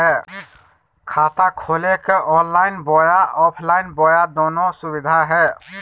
खाता खोले के ऑनलाइन बोया ऑफलाइन बोया दोनो सुविधा है?